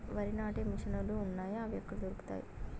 వరి నాటే మిషన్ ను లు వున్నాయా? అవి ఎక్కడ దొరుకుతాయి?